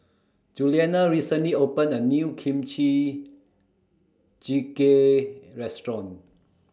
Julianna recently opened A New Kimchi Jjigae Restaurant